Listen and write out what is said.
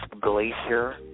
glacier